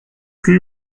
plus